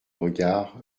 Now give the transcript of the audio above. regard